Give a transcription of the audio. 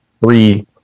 Three